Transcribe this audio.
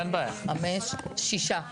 שישה נגד.